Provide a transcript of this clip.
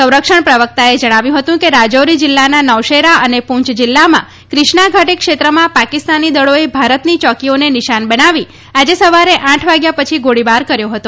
સંરક્ષણ પ્રવક્તાએ જણાવ્યું હતું કે રાજારી જિલ્લાના નૌશેરા અને પૂંચ જિલ્લામાં ક્રિષ્ના ઘાટી ક્ષેત્રમાં પાકિસ્તાની દળોએ ભારતની ચોકીઓને નિશાન બનાવી આજે સવારે આઠ વાગ્યા પછી ગોળીબાર કર્યો હતો